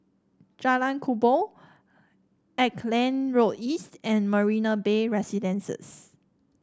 Jalan Kubor Auckland Road East and Marina Bay Residences